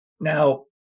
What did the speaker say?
Now